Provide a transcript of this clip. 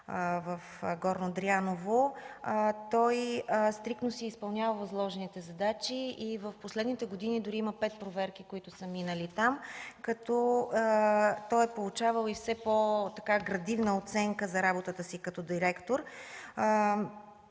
в Долно Дряново, той стриктно си е изпълнявал възложените задачи. В последните години дори има пет проверки, които са минали там, като той е получавал все повече градивна оценка за работата си като директор